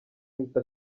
ahita